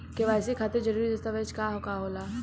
KYC खातिर जरूरी दस्तावेज का का होला?